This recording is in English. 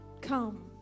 Come